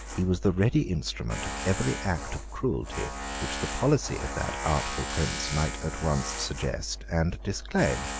he was the ready instrument of every act of cruelty which the policy of that artful prince might at once suggest and disclaim.